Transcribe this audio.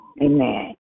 Amen